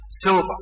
silver